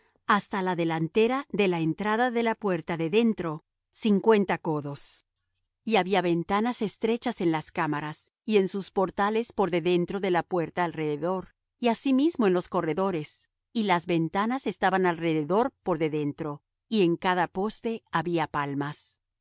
hasta la delantera de la entrada de la puerta de dentro cincuenta codos y había ventanas estrechas en las cámaras y en sus portales por de dentro de la puerta alrededor y asimismo en los corredores y las ventanas estaban alrededor por de dentro y en cada poste había palmas